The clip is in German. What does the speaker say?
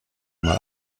mal